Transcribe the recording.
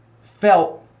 felt